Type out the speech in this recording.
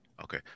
Okay